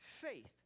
faith